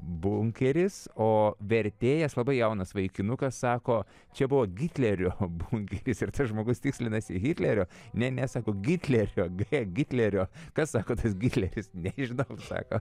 bunkeris o vertėjas labai jaunas vaikinukas sako čia buvo gitlerio bunkeris ir čia žmogus tikslinasi hitlerio ne ne sako gitlerio g gitlerio kas sako tas gitleris nežinau sako